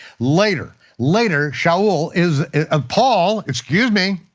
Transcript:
later later shaul is, ah paul, excuse me.